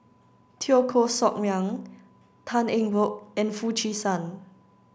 Teo Koh Sock Miang Tan Eng Bock and Foo Chee San